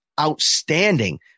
outstanding